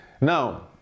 Now